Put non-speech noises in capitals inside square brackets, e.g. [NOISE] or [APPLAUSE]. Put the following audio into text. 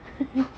[LAUGHS]